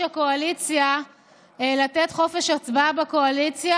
הקואליציה לתת חופש הצבעה בקואליציה,